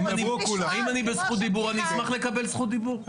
אם אני בזכות דיבור, אשמח לקבל זכות דיבור.